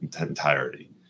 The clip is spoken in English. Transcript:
entirety